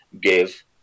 give